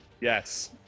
Yes